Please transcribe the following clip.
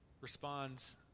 responds